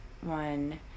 one